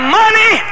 money